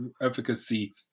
efficacy